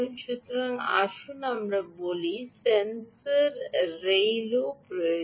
সুতরাং আসুন আমরা বলি সেন্সর রেলও প্রয়োজন